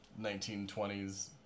1920s